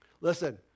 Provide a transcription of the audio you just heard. Listen